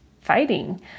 fighting